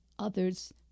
Others